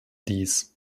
dies